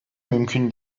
mümkün